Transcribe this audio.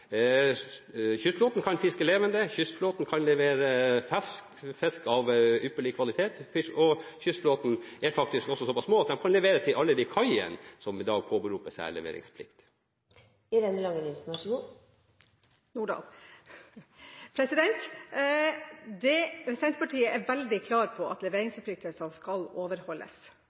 Kystflåten kan fiske levende fisk, kystflåten kan levere fersk fisk av ypperlig kvalitet, og kystflåten er faktisk også såpass liten at den kan levere til alle de kaiene som i dag påberoper seg leveringsplikt. Senterpartiet er veldig klar på at leveringsforpliktelsene skal